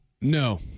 No